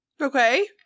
Okay